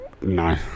No